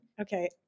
Okay